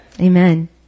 Amen